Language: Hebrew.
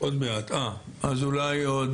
אז אולי עוד